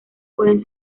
pueden